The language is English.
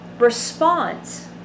response